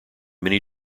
many